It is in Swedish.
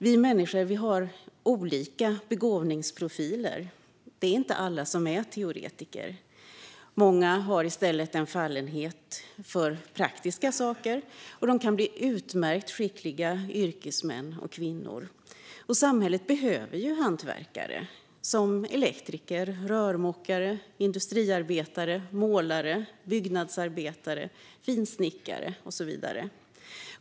Vi människor har olika begåvningsprofiler. Det är inte alla som är teoretiker. Många har i stället en praktisk fallenhet och kan bli utmärkt skickliga yrkesmän och yrkeskvinnor, och samhället behöver ju hantverkare, som elektriker, rörmokare, industriarbetare, målare, byggnadsarbetare, finsnickare och så vidare.